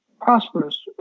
prosperous